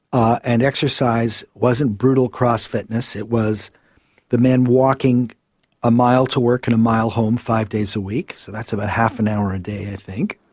and exercise wasn't brutal cross-fitness, it was the men walking a mile to work and a mile home five days a week, so that's about half an hour a day i think,